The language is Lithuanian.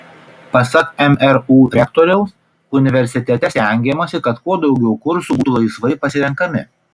pasak mru rektoriaus universitete stengiamasi kad kuo daugiau kursų būtų laisvai pasirenkami